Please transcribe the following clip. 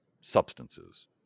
substances